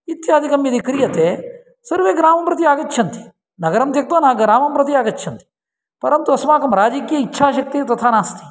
इत्यादिकं यदि क्रियते सर्वे ग्रामं प्रति आगच्छन्ति नगरं त्यक्त्वा न ग्रामं प्रति आगच्छन्ति परन्तु अस्माकं राजकीय इच्छाशक्तिर्तथा नास्ति